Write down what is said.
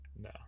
No